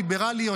ליברליות,